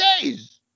days